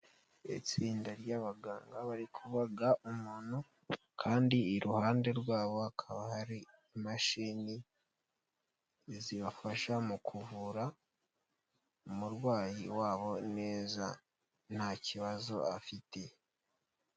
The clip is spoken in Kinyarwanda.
Itsinda ry'abaganga bari kubaga umuntu, kandi iruhande rwabo hakaba hari imashini zibafasha mu kuvura umurwayi wabo neza nta kibazo afite.